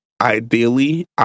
Ideally